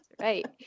Right